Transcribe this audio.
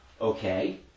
Okay